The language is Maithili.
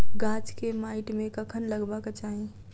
गाछ केँ माइट मे कखन लगबाक चाहि?